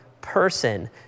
person